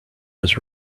was